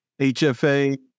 HFA